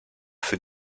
für